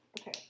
Okay